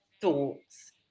thoughts